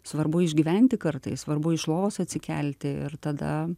svarbu išgyventi kartais svarbu iš lovos atsikelti ir tada